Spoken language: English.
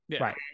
Right